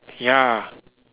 ya